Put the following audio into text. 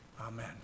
Amen